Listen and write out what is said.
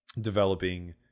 developing